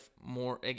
more